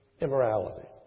immorality